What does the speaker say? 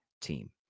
team